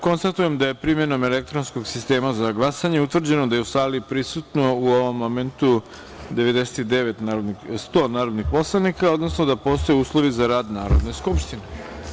Konstatujem da je, primenom elektronskog sistema za glasanje, utvrđeno da je u sali prisutno u ovom momentu 100 narodnih poslanika, odnosno da postoje uslovi za rad Narodne skupštine.